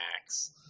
Max